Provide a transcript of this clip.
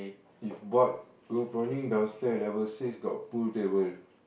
if bored go prawning downstair level six got pool table